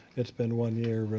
it's been one year.